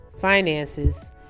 finances